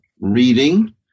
reading